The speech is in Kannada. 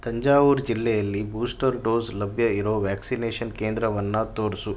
ತಂಜಾವೂರ್ ಜಿಲ್ಲೆಯಲ್ಲಿ ಬೂಸ್ಟರ್ ಡೋಸ್ ಲಭ್ಯ ಇರೊ ವ್ಯಾಕ್ಸಿನೇಷನ್ ಕೇಂದ್ರವನ್ನು ತೋರಿಸು